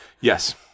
Yes